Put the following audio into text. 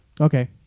Okay